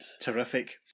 Terrific